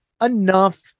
enough